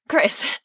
Chris